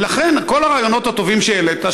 ולכן כל הרעיונות הטובים שהעלית,